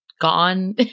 gone